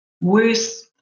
worse